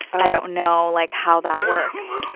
i don't know like how that works.